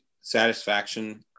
satisfaction